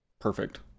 perfect